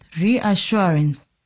reassurance